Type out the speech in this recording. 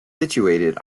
situated